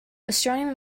astronomy